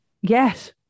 Yes